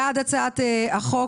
מי בעד הצעת החוק?